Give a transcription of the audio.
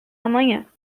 amanhã